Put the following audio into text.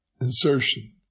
insertion